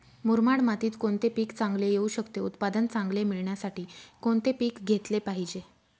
मुरमाड मातीत कोणते पीक चांगले येऊ शकते? उत्पादन चांगले मिळण्यासाठी कोणते पीक घेतले पाहिजे?